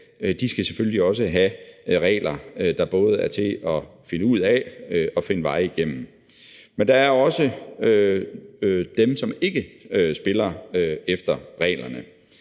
de skal, selvfølgelig også skal have regler, der både er til at finde ud af og finde vej igennem. Men der er også dem, som ikke spiller efter reglerne,